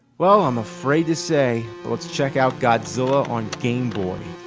well, i'm afraid to say, but let's check out godzilla on gameboy.